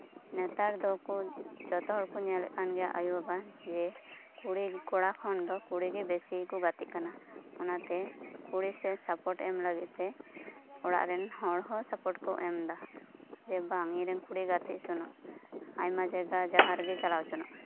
ᱱᱮᱛᱟᱨ ᱫᱚᱠᱚ ᱡᱚᱛᱚ ᱦᱚᱲ ᱠᱚ ᱧᱮᱞᱮᱫ ᱠᱟᱱ ᱜᱮᱭᱟ ᱟᱭᱳ ᱵᱟᱵᱟ ᱡᱮ ᱠᱩᱲᱤ ᱠᱚᱲᱟ ᱠᱷᱚᱱ ᱫᱚ ᱠᱩᱲᱤ ᱜᱮ ᱵᱮᱥᱤ ᱠᱚ ᱜᱟᱛᱮᱜ ᱠᱟᱱᱟ ᱚᱱᱟᱛᱮ ᱠᱩᱲᱤ ᱥᱮᱫ ᱥᱟᱯᱳᱴ ᱮᱢ ᱞᱟᱜᱤᱫ ᱛᱮ ᱚᱲᱟᱜ ᱨᱮᱱ ᱦᱚᱲ ᱦᱚᱸ ᱥᱟᱯᱳᱴ ᱠᱚ ᱮᱢ ᱮᱫᱟ ᱡᱮ ᱵᱟᱝ ᱤᱧ ᱨᱮᱱ ᱠᱩᱲᱤ ᱜᱟᱛᱮᱜ ᱦᱪᱚᱱᱮ ᱟᱭᱢᱟ ᱡᱟᱭᱜᱟ ᱡᱟᱦᱟᱸᱨᱮ ᱪᱟᱞᱟᱣ ᱦᱚᱪᱚᱱᱚᱜ